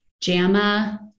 Jama